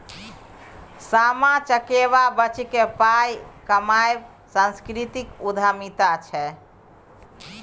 सामा चकेबा बेचिकेँ पाय कमायब सांस्कृतिक उद्यमिता छै